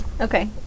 Okay